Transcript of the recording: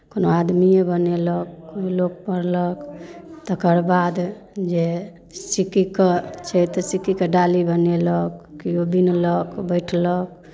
कोनो आदमिए बनेलक कोइ लोक पड़लक तकर बाद जे सिक्कीके छै तऽ सिक्कीके डाली बनेलक किओ बिनलक बैठलक